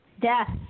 Death